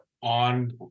on